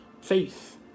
faith